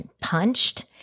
punched